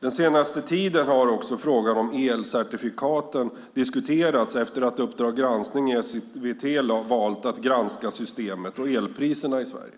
Den senaste tiden har också frågan om elcertifikaten väckts efter att Uppdrag granskning i SVT valt att granska systemet och elpriserna i Sverige.